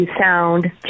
sound